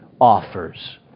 offers